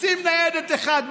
שים ניידת אחת.